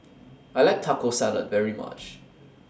I like Taco Salad very much